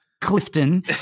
Clifton